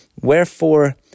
Wherefore